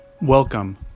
welcome